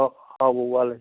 ꯑꯥ ꯍꯥꯎꯕ ꯋꯥꯠꯂꯦ